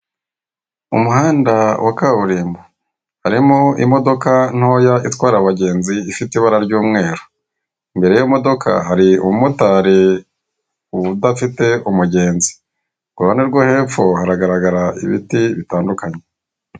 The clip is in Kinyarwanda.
Umuhanda wa kaburimbo, harimo imodoka ntoya itwara abagenzi ifite ibara ry'umweru, imbere y'iyo modoka hari umumotari udafite umugenzi, ku ruhande rwo hepfo haragaragara ibiti bitandukanye.